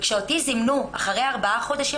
וכשאותי זימנו אחרי ארבע חודשים,